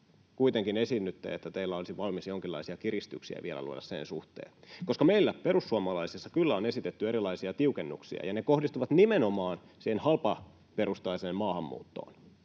kuitenkin esiinnytte niin, että teillä olisi valmius jonkinlaisia kiristyksiä vielä luoda sen suhteen. Meillä perussuomalaisissa kyllä on esitetty erilaisia tiukennuksia, ja ne kohdistuvat nimenomaan siihen halpaperustaiseen maahanmuuttoon,